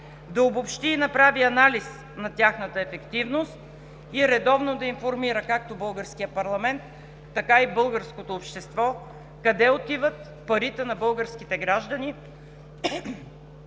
да обобщи и направи анализ на тяхната ефективност и редовно да информира както българския парламент, така и българското общество къде отиват парите на българските граждани,